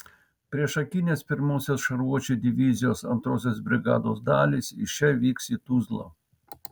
priešakinės pirmosios šarvuočių divizijos antrosios brigados dalys iš čia vyks į tuzlą